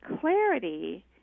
clarity